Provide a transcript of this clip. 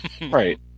Right